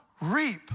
reap